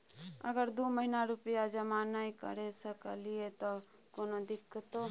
अगर दू महीना रुपिया जमा नय करे सकलियै त कोनो दिक्कतों?